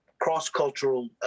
cross-cultural